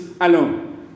alone